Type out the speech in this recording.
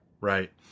Right